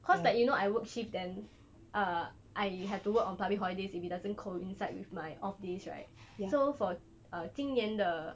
cause like you know I work shift then uh I have to work on public holidays if it doesn't coincide with my off days right so for uh 今年的